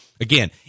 again